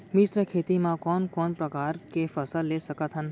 मिश्र खेती मा कोन कोन प्रकार के फसल ले सकत हन?